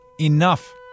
Enough